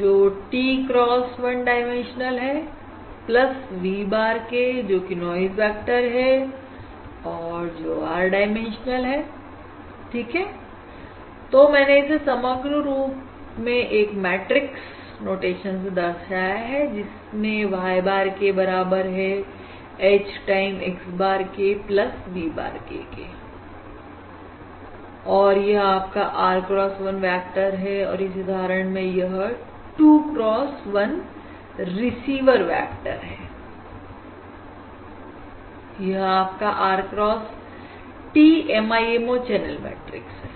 जो t cross 1 dimensional plus v bar k जोकि noise vector है और जो r डाइमेंशनल है ठीक है तो मैंने इसे समग्र रूप में एक मेट्रिक नोटेशन से दर्शाया है जिसमें y bar k बराबर है H time x bar k plus v bar k के यह आपका r cross 1 वेक्टर है और इस उदाहरण में यह 2 cross 1 रिसीवर वेक्टरहै यह आपका r cross t MIMO channel matrix है